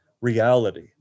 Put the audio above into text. reality